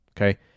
Okay